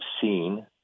seen